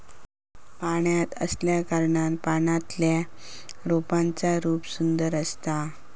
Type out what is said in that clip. पाण्यात असल्याकारणान पाण्यातल्या रोपांचा रूप सुंदर असता